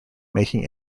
making